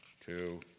two